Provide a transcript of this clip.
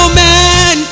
man